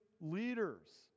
leaders